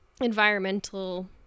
environmental